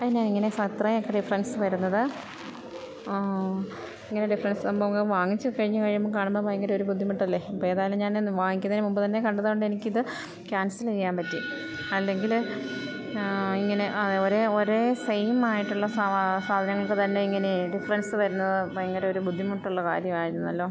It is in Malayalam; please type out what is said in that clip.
അത് എന്ന ഇങ്ങനെ അത്രയൊക്കെ ഡിഫ്രൻസ് വരുന്നത് ഇങ്ങനെ ഡിഫ്രൻസ് സംഭവങ്ങൾ വാങ്ങിച്ചു കഴിഞ്ഞു കഴിയുമ്പോൾ കാണുമ്പം ഭയങ്കരമൊരു ബുദ്ധിമുട്ടല്ലേ ഇപ്പം ഏതായാലും ഞാൻ അന്ന് വാങ്ങിക്കുന്നതിന് മുമ്പ് തന്നെ കണ്ടതുകൊണ്ട് എനിക്ക് ഇത് ക്യാൻസല് ചെയ്യാൻ പറ്റി അല്ലെങ്കിൽ ഇങ്ങനെ ഒരേ ഒരേ സെയിമായിട്ടുള്ള സാധനങ്ങൾക്ക് തന്നെ ഇങ്ങനെ ഡിഫ്രൻസ് വരുന്നത് ഭയങ്കരമൊരു ബുദ്ധിമുട്ടുള്ള കാര്യം ആയിരുന്നല്ലോ